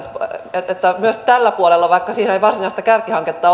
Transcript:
ollaanko myös tällä puolella vaikka siihen ei varsinaista kärkihanketta